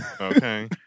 Okay